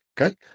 okay